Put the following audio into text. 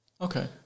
okay